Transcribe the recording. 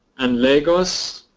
and lagos,